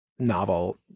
novel